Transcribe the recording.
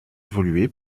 évolué